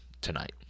tonight